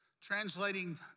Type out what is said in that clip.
translating